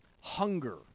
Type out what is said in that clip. Hunger